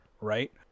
right